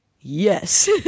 yes